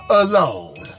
alone